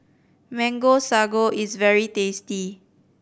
Mango Sago is very tasty